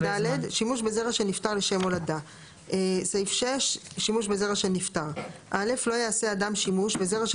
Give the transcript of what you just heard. שימוש בזרע של נפטר 6. (א) לא יעשה אדם שימוש בזרע של